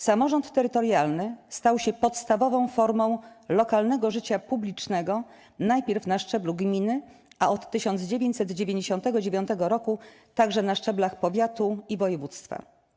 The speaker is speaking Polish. Samorząd terytorialny stał się podstawową formą lokalnego życia publicznego, najpierw na szczeblu gminy, a od 1999 roku - także na szczeblach powiatu i województwa.